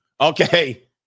Okay